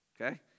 Okay